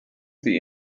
sie